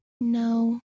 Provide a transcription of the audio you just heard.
No